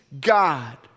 God